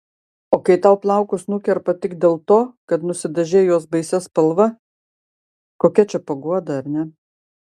o kai tau plaukus nukerpa tik dėl to kad nusidažei juos baisia spalva kokia čia paguoda ar ne